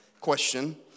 question